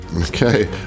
okay